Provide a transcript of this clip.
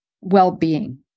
well-being